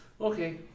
Okay